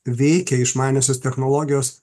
veikia išmaniosios technologijos